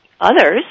others